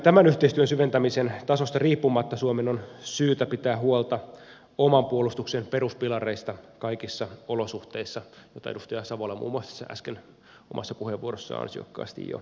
tämän yhteistyön syventämisen tasosta riippumatta suomen on syytä pitää huolta oman puolustuksen peruspilareista kaikissa olosuhteissa mitä edustaja savola muun muassa äsken omassa puheenvuorossaan ansiokkaasti jo kuvasi